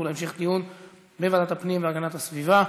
להמשך דיון בוועדת הפנים והגנת הסביבה.